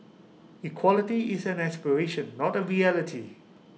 equality is an aspiration not A reality